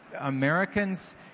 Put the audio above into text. Americans